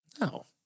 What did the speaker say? No